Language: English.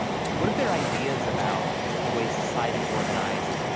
what if their ideas about the way society is organized,